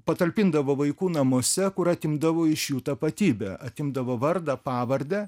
patalpindavo vaikų namuose kur atimdavo iš jų tapatybę atimdavo vardą pavardę